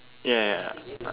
ya ya